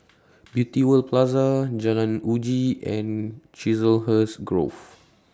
Beauty World Plaza Jalan Uji and Chiselhurst Grove